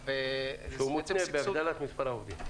והוא מותנה בהגדלת מספר העובדים.